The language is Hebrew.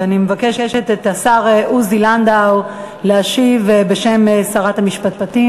ואני מבקשת מהשר עוזי לנדאו להשיב בשם שרת המשפטים,